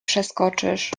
przeskoczysz